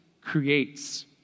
creates